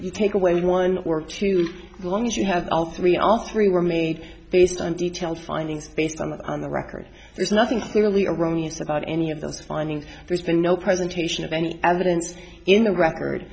you take away one work too long as you have all three are three were made based on detailed findings based on the record there's nothing clearly erroneous about any of those findings there's been no presentation of any evidence in the record